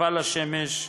חשיפה לשמש,